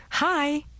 hi ».«